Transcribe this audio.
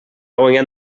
guanyat